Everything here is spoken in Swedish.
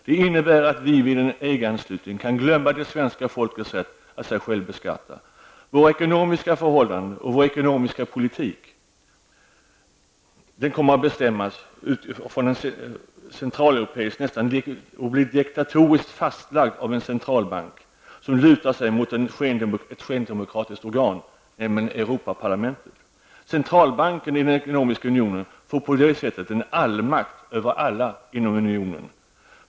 Det innebär att vi vid en EG-anslutning kan glömma svenska folkets rätt att sig själv beskatta. Våra ekonomiska förhållanden och vår ekonomiska politik kommer att bli centraleuropeisk och diktatoriskt fastlagd av en centralbank, som lutar sig mot ett skendemokratiskt organ, nämligen Europaparlamentet. Centralbanken i den ekonomiska unionen får på så sätt en allmakt över alla inom unionen.